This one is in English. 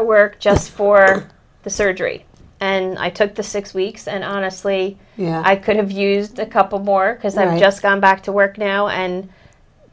of work just for the surgery and i took the six weeks and honestly i could have used a couple more because i'd just gone back to work now and